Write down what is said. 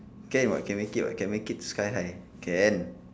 can [what] can make it [what] can make it sky high can